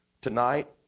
Tonight